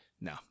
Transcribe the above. No